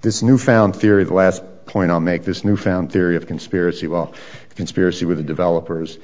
this newfound theory the last point i'll make this newfound theory of conspiracy well conspiracy with the developers